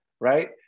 right